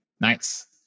Nice